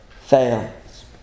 fails